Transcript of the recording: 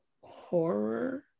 horror